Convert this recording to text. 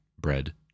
bread